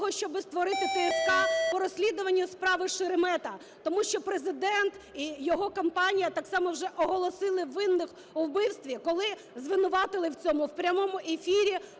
тому що Президент і його компанія так само вже оголосили винних у вбивстві, коли звинуватили в цьому в прямому ефірі